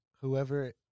whoever